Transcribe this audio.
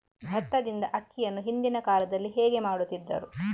ಭತ್ತದಿಂದ ಅಕ್ಕಿಯನ್ನು ಹಿಂದಿನ ಕಾಲದಲ್ಲಿ ಹೇಗೆ ಮಾಡುತಿದ್ದರು?